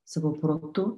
savo protu